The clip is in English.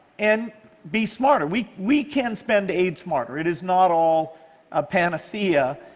and be smarter. we we can spend aid smarter. it is not all a panacea.